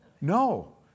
No